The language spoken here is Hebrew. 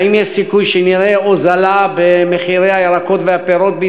האם יש סיכוי שנראה הוזלה במחיר הפירות והירקות